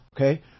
okay